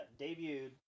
debuted